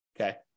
okay